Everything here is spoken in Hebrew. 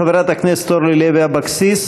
חברת הכנסת אורלי לוי אבקסיס,